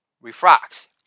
refracts